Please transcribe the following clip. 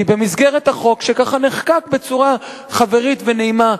במסגרת החוק שככה נחקק בצורה חברית ונעימה.